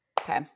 Okay